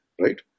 right